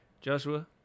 Joshua